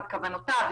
את כוונותיו,